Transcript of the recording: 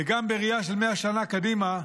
וגם בראייה של 100 שנה קדימה,